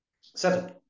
Seven